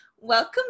Welcome